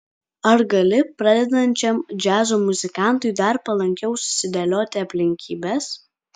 ar gali pradedančiam džiazo muzikantui dar palankiau susidėlioti aplinkybės